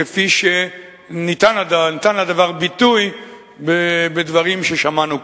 כפי שניתן לדבר ביטוי בדברים ששמענו כאן.